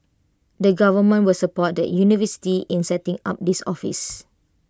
the government will support the universities in setting up this office